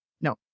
No